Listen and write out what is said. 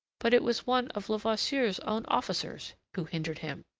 but it was one of levasseur's own officers who hindered him.